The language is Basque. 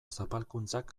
zapalkuntzak